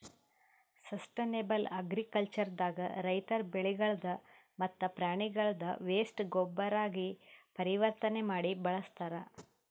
sustainable agriculture ದಾಗ ರೈತರ್ ಬೆಳಿಗಳ್ದ್ ಮತ್ತ್ ಪ್ರಾಣಿಗಳ್ದ್ ವೇಸ್ಟ್ ಗೊಬ್ಬರಾಗಿ ಪರಿವರ್ತನೆ ಮಾಡಿ ಬಳಸ್ತಾರ್